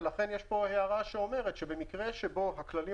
ולכן יש פה הערה שאומרת שבמקרה שבו הכללים